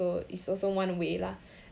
so it's also one way lah